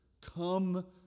come